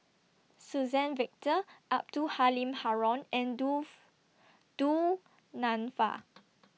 Suzann Victor Abdul Halim Haron and Du Du Nanfa